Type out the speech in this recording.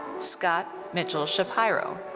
scott mitchell shapiro.